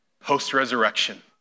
post-resurrection